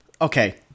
okay